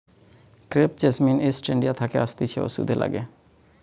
crepe jasmine East India থাকে আসতিছে ওষুধে লাগে